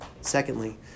Secondly